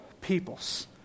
peoples